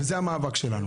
וזה המאבק שלנו.